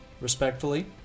respectfully